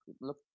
look